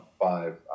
five